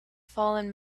fallen